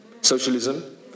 socialism